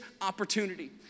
opportunity